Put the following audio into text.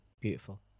beautiful